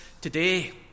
today